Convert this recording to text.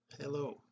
hello